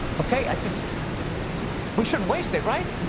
okay i just we shouldn't waste it, right?